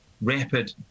rapid